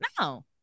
No